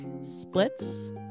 Splits